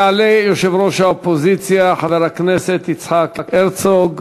יעלה יושב-ראש האופוזיציה חבר הכנסת יצחק הרצוג.